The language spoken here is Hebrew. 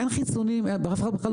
אף אחד לא הבין עוד לאן זה הולך.